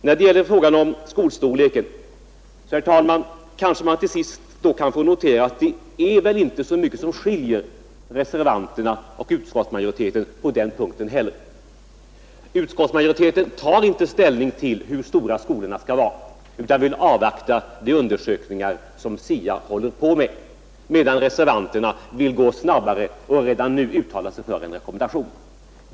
Vad sedan gäller frågan om skolornas storlek vill jag slutligen notera att det inte heller där kanske är så mycket som skiljer utskottsmajoriteten och reservanterna. Majoriteten tar inte ställning till hur stora skolorna skall vara utan vill avvakta de undersökningar som SIA håller på med, medan reservanterna vill gå snabbare fram och redan nu uttalar sig för en rekommendation.